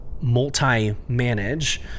multi-manage